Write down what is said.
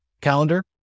calendar